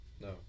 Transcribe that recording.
No